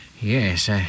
yes